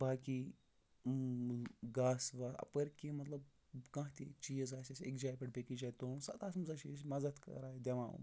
باقٕے گاسہٕ واس اَپٲرۍ کہِ مطلب کانٛہہ تہِ چیٖز آسہِ اَسہِ أکہِ جایہِ پٮ۪ٹھ بیٚیہِ کہِ جایہِ تُلُن سُہ تَتھ منٛز حظ چھِ یہِ چھِ مَدد کَران یہِ دِوان